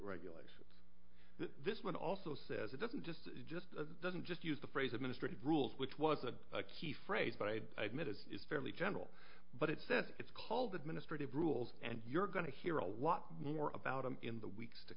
regulations this one also says it doesn't just just doesn't just use the phrase administrative rules which was the key phrase but i admit it is fairly general but it says it's called administrative rules and you're going to hear a lot more about him in the weeks to